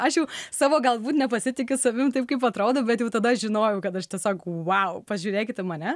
aš jau savo galbūt nepasitikiu savimi taip kaip atrodau bet jau tada žinojau kad aš tiesiog vau pažiūrėkit mane